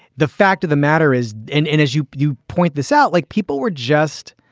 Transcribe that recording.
the fact of the matter is, and and as you you point this out, like people were just.